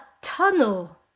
tunnel